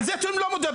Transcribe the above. על זה אתם לא מדברים.